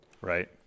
Right